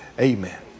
Amen